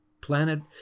planet